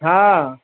हँ